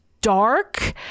dark